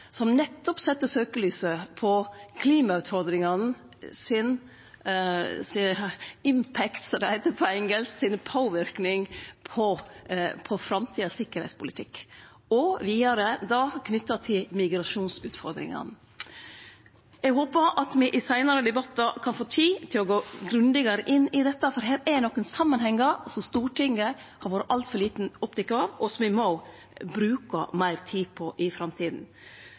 som nettopp sette søkjelyset på at klimautfordringane har «impact», som det heiter på engelsk, eller påverknad, på sikkerheitspolitikken i framtida, og vidare er knytt til migrasjonsutfordringane. Eg håpar at me i seinare debattar kan få tid til å gå grundigare inn i dette, for det er nokre samanhengar her som Stortinget har vore altfor lite oppteke av, og som me må bruke meir tid på i